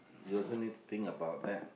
you also need to think about that